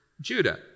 Judah